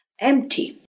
empty